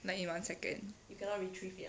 like in one second